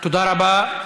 תודה רבה.